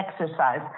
exercise